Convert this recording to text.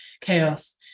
chaos